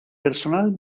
personal